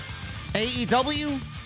AEW